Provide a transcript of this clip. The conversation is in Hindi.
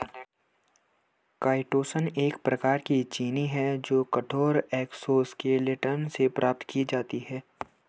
काईटोसन एक प्रकार की चीनी है जो कठोर एक्सोस्केलेटन से प्राप्त की जाती है